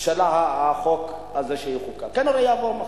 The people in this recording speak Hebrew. של החוק הזה שיחוקק, שכנראה יעבור מחר.